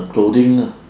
clothing lah